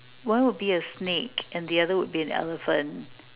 one would be a snake and the other would be an elephant